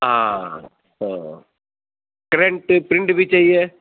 ہاں تو current print بھی چاہیے